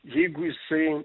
jeigu jisai